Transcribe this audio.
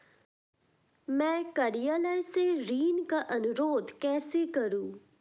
मैं कार्यालय से ऋण का अनुरोध कैसे करूँ?